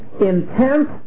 Intense